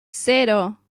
cero